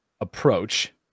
approach